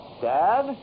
Dad